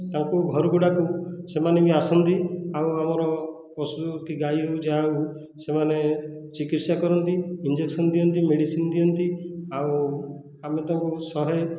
ତାଙ୍କୁ ଘରକୁ ଡାକୁ ସେମାନେ ବି ଆସନ୍ତି ଆଉ ଆମର ପଶୁ କି ଗାଈ ହେଉ ଯାହା ହେଉ ସେମାନେ ଚିକିତ୍ସା କରନ୍ତି ଇଞ୍ଜେକ୍ସନ୍ ଦିଅନ୍ତି ମେଡ଼ିସିନ୍ ଦିଅନ୍ତି ଆଉ ଆମେ ତାଙ୍କୁ ଶହେ